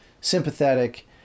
sympathetic